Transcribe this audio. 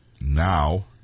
Now